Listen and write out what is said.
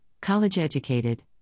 college-educated